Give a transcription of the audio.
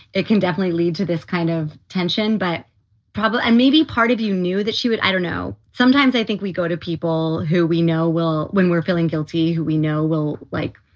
it can definitely lead to this kind of tension. but probably. and maybe part of you knew that she would. i don't know. sometimes i think we go to people who we know will when we're feeling guilty, who we know will, like,